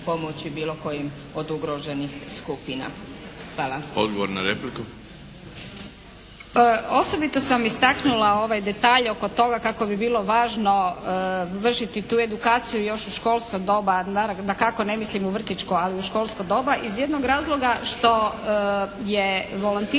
Odgovor na repliku.